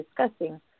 discussing